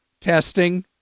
testing